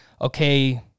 okay